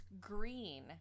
green